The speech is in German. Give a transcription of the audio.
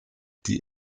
die